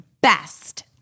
BEST